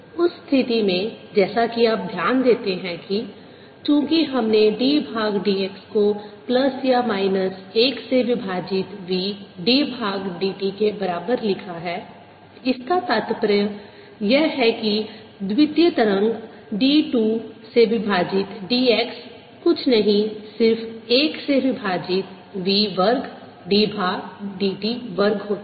उस स्थिति में जैसा कि आप ध्यान देते हैं कि चूंकि हमने d भाग dx को प्लस या माइनस 1 से विभाजित v d भाग dt के बराबर लिखा है इसका तात्पर्य यह है कि द्वितीय तरंग d 2 से विभाजित dx कुछ नहीं सिर्फ 1 से विभाजित v वर्ग d भाग dt वर्ग होगी